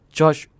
George